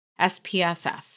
SPSF